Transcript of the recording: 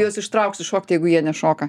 juos ištrauksiu šokt jeigu jie nešoka